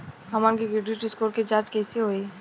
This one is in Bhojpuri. हमन के क्रेडिट स्कोर के जांच कैसे होइ?